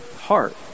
heart